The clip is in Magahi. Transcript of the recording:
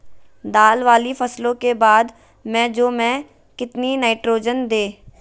दाल वाली फसलों के बाद में जौ में कितनी नाइट्रोजन दें?